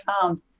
found